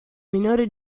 minore